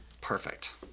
Perfect